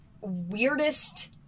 weirdest